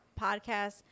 podcast